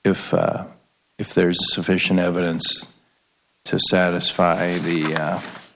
if if there's sufficient evidence to satisfy the